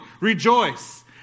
Rejoice